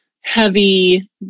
heavy